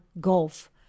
gulf